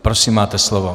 Prosím, máte slovo.